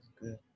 good